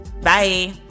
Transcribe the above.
bye